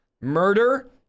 murder